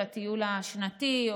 של הטיול השנתי,